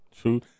True